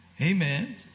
Amen